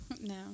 no